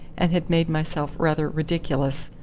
and had made myself rather ridiculous,